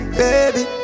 baby